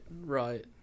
right